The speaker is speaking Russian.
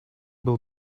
был